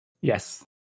Yes